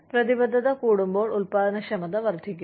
പ്രതിബദ്ധത കൂടുമ്പോൾ ഉൽപ്പാദനക്ഷമത വർദ്ധിക്കും